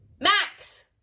Max